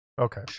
Okay